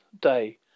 Day